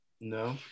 No